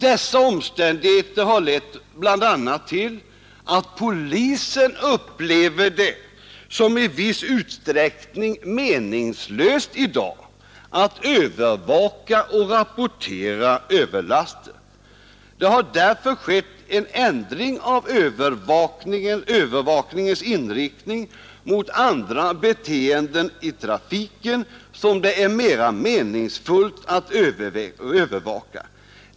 Dessa omständigheter har lett bl.a. till att polisen upplever det som i viss utsträckning meningslöst i dag att övervaka och rapportera överlaster. Det har därför skett en ändring av övervakningens inriktning mot andra beteenden i trafiken som det är mera meningsfullt att övervaka.